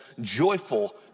joyful